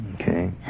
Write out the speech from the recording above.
Okay